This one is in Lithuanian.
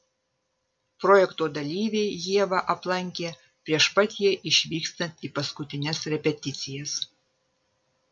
projekto dalyviai ievą aplankė prieš pat jai išvykstant į paskutines repeticijas